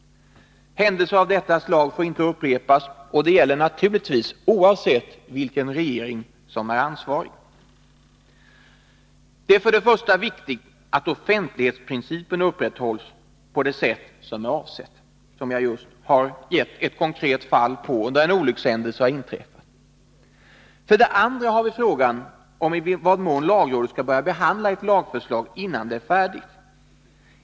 Händelser av detta slag får inte upprepas, och det gäller naturligtvis oavsett vilken regering som är ansvarig. Det är för det första viktigt att offentlighetsprincipen upprätthålls på det sätt som är avsett. Jag har just hänvisat till ett konkret fall där en olyckshändelse har inträffat. För det andra har vi frågan om i vad mån lagrådet skall börja behandla ett lagförslag innan det är färdigt.